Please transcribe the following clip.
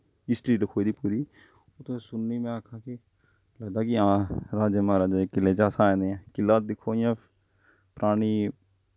history लखोई दी पूरी ओह् तुसें सुननी में आखा के लगदा कि हां राज़े महाराजे दे कि'ले च अस आए दे आं कि'ला दिक्खो इ'यां परानी